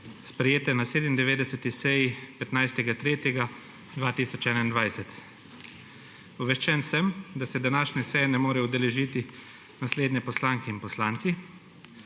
sprejete na 97. seji 15. 3. 2021. Obveščen sem, da se današnje seje ne morejo udeležiti naslednji poslanke in poslanci: